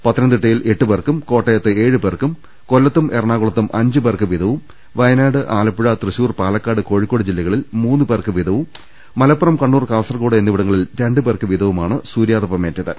പത്തനംതിട്ടയിൽ എട്ടുപേർക്കും കോട്ടയത്ത് ഏഴുപേർക്കും കൊല്ലത്തും എറണാകുളത്തും അഞ്ചുപേർക്ക് വീതവും വയനാട് ആലപ്പുഴ തൃശൂർ പാലക്കാട് കോഴിക്കോട് ജില്ലകളിൽ മൂന്നുപേർക്കുവീതവും മലപ്പുറം കണ്ണൂർ കാസർകോട് എന്നിവിടങ്ങളിൽ രണ്ടുപേർക്കുവീതവുമാണ് സൂര്യാതപമേറ്റത്